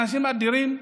אנשים אדירים,